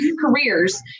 careers